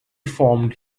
formed